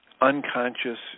unconscious